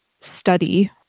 study